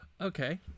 Okay